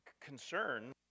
concern